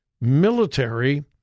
military